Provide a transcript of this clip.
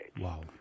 Wow